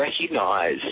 recognize